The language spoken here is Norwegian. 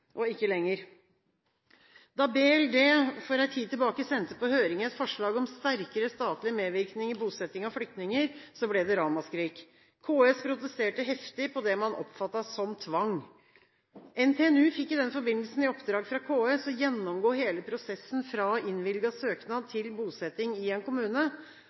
men ikke lenger. Da Barne-, likestillings- og inkluderingsdepartementet for en tid tilbake sendte på høring et forslag om sterkere statlig medvirkning til bosetting av flyktninger, ble det et ramaskrik. KS protesterte heftig på det man oppfattet som tvang. NTNU fikk i den forbindelsen i oppdrag fra KS å gjennomgå hele prosessen fra innvilget søknad til bosetting i en kommune.